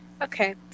Okay